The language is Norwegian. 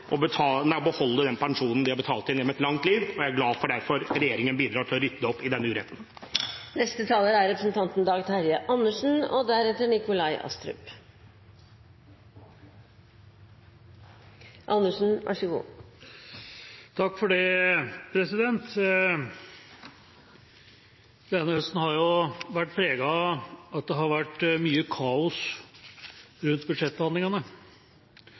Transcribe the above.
å beholde den pensjonen de har betalt inn gjennom et langt liv, og jeg derfor glad for at regjeringen bidrar til å rydde opp i denne uretten. Denne høsten har vært preget av at det har vært mye kaos rundt budsjettbehandlingene. Ut av det kaoset kommer altså til slutt i dag et vedtak til et statsbudsjett som ingen vil ha. Det